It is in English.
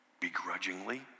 begrudgingly